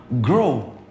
grow